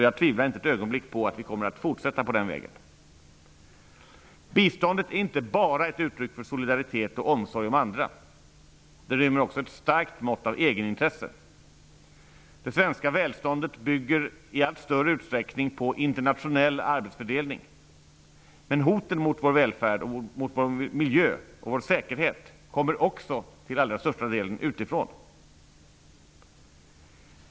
Jag tvivlar inte ett ögonblick på att vi kommer att fortsätta på den vägen. Biståndet är inte bara ett uttryck för solidaritet och omsorg om andra. Det rymmer också ett starkt mått av egenintresse. Det svenska välståndet bygger i allt större utsträckning på internationell arbetsfördelning, men hoten mot vår välfärd, vår miljö och vår säkerhet kommer också till allra största delen utifrån.